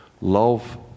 love